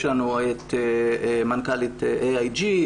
יש לנו את מנכ"לית אי איי ג'י.